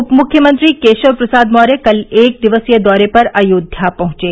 उप मुख्यमंत्री केशव प्रसाद मौर्य कल एक दिवसीय दौरे पर अयोध्या पहुंचे